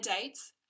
dates